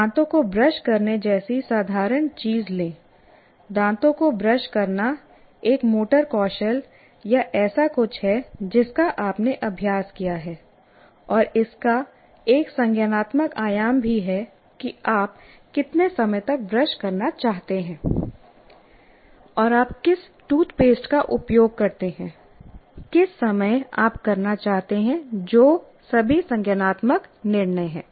दांतों को ब्रश करने जैसी साधारण चीज लें दांतों को ब्रश करना एक मोटर कौशल या ऐसा कुछ है जिसका आपने अभ्यास किया है और इसका एक संज्ञानात्मक आयाम भी है कि आप कितने समय तक ब्रश करना चाहते हैं और आप किस टूथपेस्ट का उपयोग करते हैं किस समय आप करना चाहते हैं जो सभी संज्ञानात्मक निर्णय हैं